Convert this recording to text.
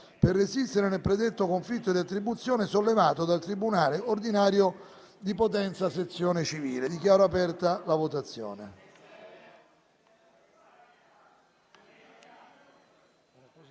per resistere nel predetto conflitto di attribuzione sollevato dal tribunale ordinario di Potenza-sezione civile. *(Segue la votazione).*